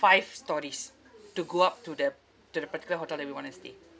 five storeys to go up to the to the particular hotel that we want to stay